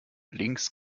links